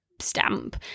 stamp